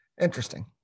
Interesting